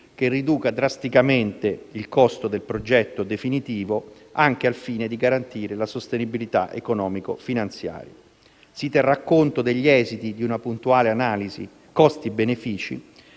che riduca drasticamente il costo del progetto definitivo, anche al fine di garantire la sostenibilità economico-finanziaria. Si terrà conto degli esiti di una puntuale analisi costi-benefici